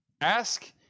ask